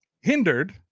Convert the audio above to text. hindered